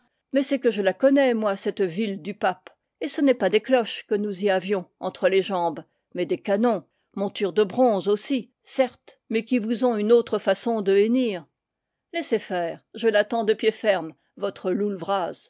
mais c'est que je la connais moi cette ville du pape et ce n'est pas des cloches que nous y avions entre les jambes mais des canons montures de bronze aussi certes é é é é é é é qui vous ont une autre façon de hennir laissez faire je l'attends de pied ferme votre loull